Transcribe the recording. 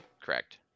correct